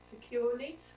securely